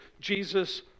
Jesus